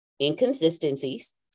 inconsistencies